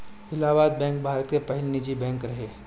Allahabad bank Bharat के पहिला निजी बैंक रहे